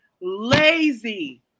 lazy